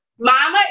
Mama